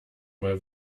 mal